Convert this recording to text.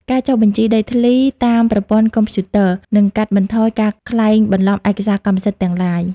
ការចុះបញ្ជីដីធ្លីតាមប្រព័ន្ធកុំព្យូទ័រ នឹងកាត់បន្ថយការក្លែងបន្លំឯកសារកម្មសិទ្ធិទាំងឡាយ។